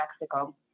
Mexico